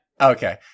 Okay